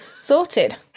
Sorted